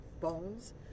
bones